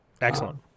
Excellent